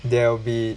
there'll be